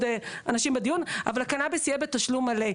אנשים בדיון אבל הקנביס יהיה בתשלום מלא?